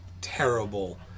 terrible